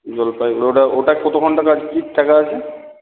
জলপাইগুড়ি ওটা ওটা কত ঘণ্টা কাজ কী টাকা আছে